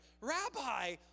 Rabbi